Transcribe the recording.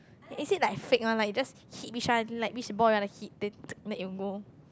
is it like fake one like just hit which one like which ball you want to hit then then it will go